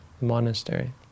monastery